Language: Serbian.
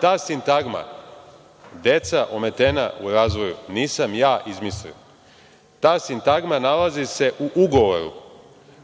tu sintagmu deca ometena u razvoju nisam ja izmislio. Ta sintagma nalazi se u ugovoru